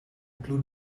blue